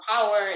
power